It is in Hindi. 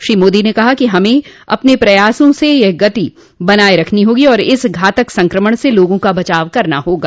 श्री मोदी ने कहा कि हमें अपने प्रयासों की यह गति बनाये रखनी होगी और इस घातक संक्रमण से लोगों का बचाव करना होगा